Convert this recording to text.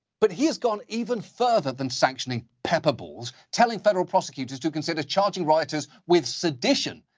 but he has gone even further than sanctioning pepper balls, telling federal prosecutors to consider charging writers with sedition.